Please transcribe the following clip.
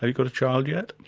ah got a child yet?